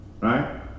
right